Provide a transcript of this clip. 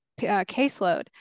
caseload